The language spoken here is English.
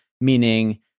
meaning